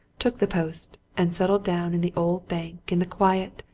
took the post, and settled down in the old bank in the quiet,